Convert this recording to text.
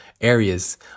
areas